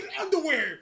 underwear